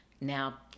now